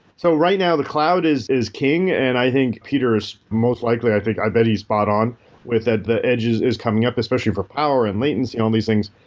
so right now, the cloud is is king and i think peter is most likely i think. i bet he's spot on with ah the edge is is coming up especially for power and latency on these things.